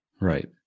Right